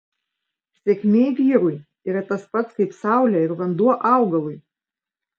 sėkmė vyrui yra tas pats kaip saulė ir vanduo augalui